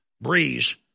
Breeze